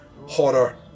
horror